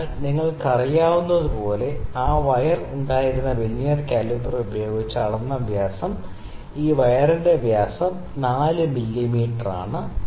അതിനാൽ നിങ്ങൾക്കറിയാവുന്നതുപോലെ ആ വയർ ഉണ്ടായിരുന്നു വെർനിയർ കാലിപ്പർ ഉപയോഗിച്ച് അളന്ന വ്യാസം ഈ വയറിന്റെ വ്യാസം 4 മില്ലീമീറ്ററാണ്